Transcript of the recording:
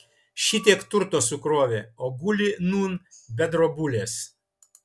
šitiek turto sukrovė o guli nūn be drobulės